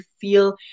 feel